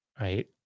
right